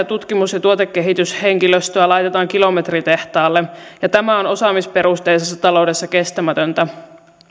tutkimus ja tuotekehityshenkilöstöä laitetaan kilometritehtaalle ja tämä on osaamisperusteisessa taloudessa kestämätöntä